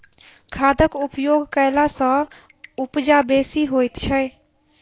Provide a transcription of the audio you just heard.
खादक उपयोग कयला सॅ उपजा बेसी होइत छै